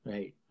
Right